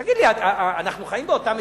תגיד לי, אנחנו חיים באותה מדינה?